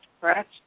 correct